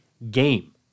game